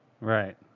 Right